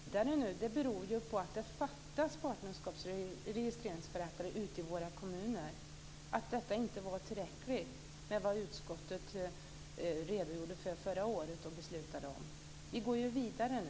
Fru talman! Att vi nu går vidare beror på att det fattas registreringsförrättare ute i våra kommuner. Det som utskottet beslutade om förra året var inte tillräckligt. Vi går ju vidare nu.